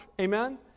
Amen